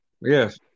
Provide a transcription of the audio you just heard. Yes